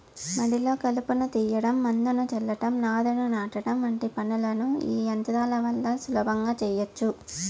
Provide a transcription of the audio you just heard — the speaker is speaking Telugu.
మడిలో కలుపును తీయడం, మందును చల్లటం, నారును నాటడం వంటి పనులను ఈ యంత్రాల వల్ల సులభంగా చేయచ్చు